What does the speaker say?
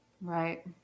right